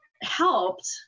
helped